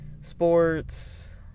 sports